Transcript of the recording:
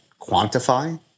quantify